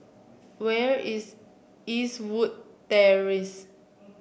where is Eastwood Terrace